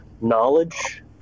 knowledge